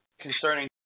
concerning